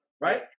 Right